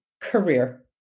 Career